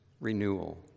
renewal